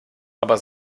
aber